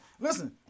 Listen